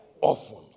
Often